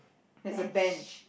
there's a bench